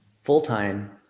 full-time